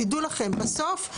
תדעו לכם בסוף,